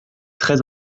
très